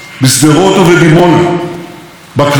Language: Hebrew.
בנהריה ובמעלות-תרשיחא.